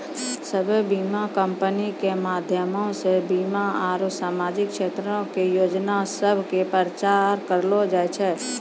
सभ्भे बीमा कंपनी के माध्यमो से बीमा आरु समाजिक क्षेत्रो के योजना सभ के प्रचार करलो जाय रहलो छै